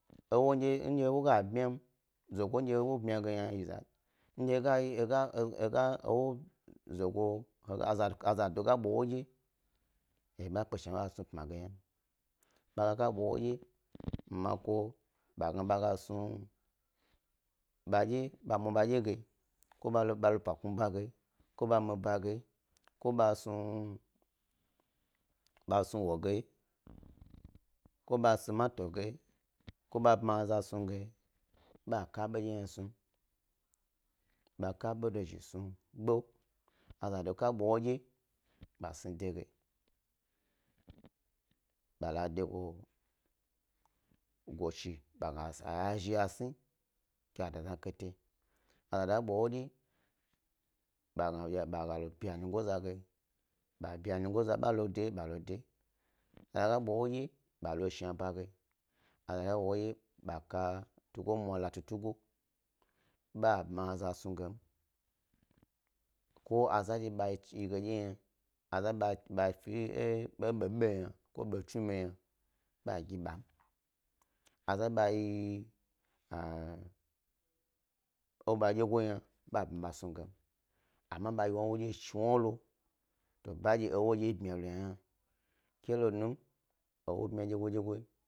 Ewo nde ewo ga bmyam, zogo ndye ewo bmyam ge yna, ndye he, ga he ga ewo zogo, a zado ga bwa wo dye hni dye ɓa kpe shna bag a snu pma geynam, bag a bwa wo dye mamako ga bas nu ba mwa badye ge, ba lo pa kne bage, ko ba miba ge ko snu woge ko bap ma aza snu ge ko ba si mato ge, baka bandye he dye snu, b aka bedozhi snug e gbao, a zado kaba ewo dye ba sni ede ge, bala ede go shi ba gna a gazhi asni ke a dazni kate, a zado babwa ewo dye, bag a vi nyigoza ge, ba vi anyigo z age balo de balo de a zado ɓa bwa ewo ɗye bag a lo eshni ba ge, a zado babwa ewo dye b aka tumwa latu tugo, ɓa pmya za snu gem ko a zandye bayi ge dye yna, a za bafe ebebi yna ko ea tsem yna, ba gi bam, a zandye ba e ewo badyegom yna ba pmya bas nu gem. Amma ba yi ewo dye shi wnalo badye ewo dye e bmya lo yna hna ke lonum ewo bmya dyego dyego.